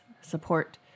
support